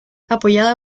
apoyada